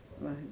Right